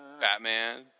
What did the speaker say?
Batman